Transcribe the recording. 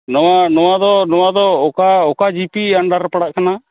ᱱᱚᱣᱟ ᱱᱚᱣᱟ ᱫᱚ ᱱᱚᱣᱟ ᱫᱚ ᱚᱠᱟ ᱚᱠᱟ ᱡᱤᱯᱤ ᱟᱱᱰᱟᱨ ᱨᱮ ᱯᱟᱲᱟᱜ ᱠᱟᱱᱟ